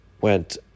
went